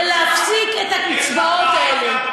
ולהפסיק את הקצבאות האלה.